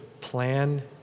plan